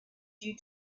due